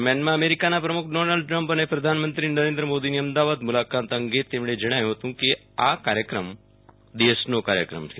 દરમિયાનમાં અમેરિકાના પ્રમુખ ડોનાલ્ડ ટ્રમ્પ અને પ્રધાનમંત્રી નરેન્દ્ર મોદીની અમદાવાદ મુલાકાત અંગે તેમણે જણાવ્યું હતું કે આ કાર્યક્રમ દેશનો કાર્યક્રમ છે